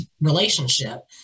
relationship